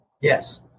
Yes